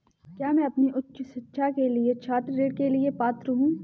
क्या मैं अपनी उच्च शिक्षा के लिए छात्र ऋण के लिए पात्र हूँ?